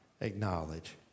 acknowledge